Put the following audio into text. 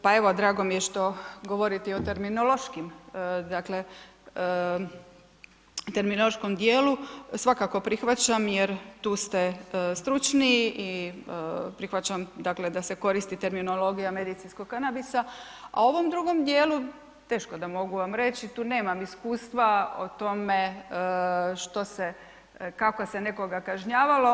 Pa evo drago mi je što govorite i o terminološkim, dakle terminološkom dijelu svakako prihvaćam jer tu ste stručniji i prihvaćam dakle da se koristi terminologija medicinskog kanabisa, a o ovom drugom dijelu teško da mogu vam reći tu nemam iskustva o tome što se, kako se nekoga kažnjavalo.